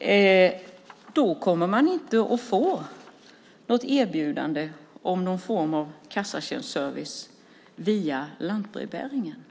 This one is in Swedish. inte kommer att få något erbjudande om någon form av kassatjänstservice via lantbrevbäringen.